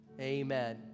amen